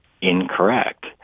incorrect